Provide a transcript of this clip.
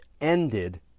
ended